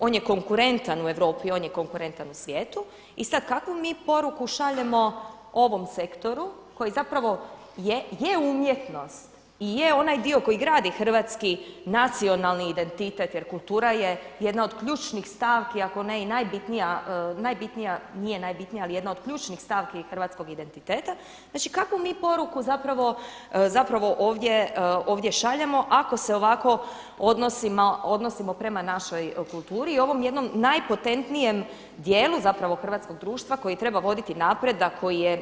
On je konkurentan u Europi, on je konkurentan u svijetu i sada, kakvu mi poruku šaljemo ovom sektoru koji zapravo je umjetnost i je onaj dio koji gradi hrvatski nacionalni identitet jer kultura je jedna od ključnih stavki ako ne i najbitnija, nije najbitnija ali jedna od ključnih stavki hrvatskog identiteta, znači kavu mi poruku zapravo ovdje šaljemo ako se ovako odnosimo prema našoj kulturi i ovom jednom najpotentnijem dijelu zapravo hrvatskog društva koji treba voditi napredak koji je cijenjen u svijetu, kojeg trebamo poticati?